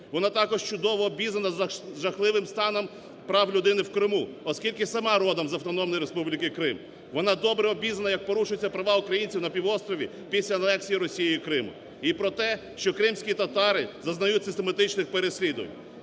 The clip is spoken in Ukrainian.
Вона також чудово обізнана з жахливим станом прав людини в Криму, оскільки сама родом з Автономної Республіки Крим. Вона добре обізнана, як порушуються права українців на півострові після анексії Росією Криму і про те, що кримські татари зазнають систематичних переслідувань.